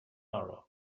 arab